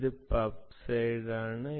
ഇത് pub side ആണ്